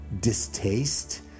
distaste